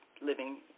living